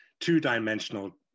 two-dimensional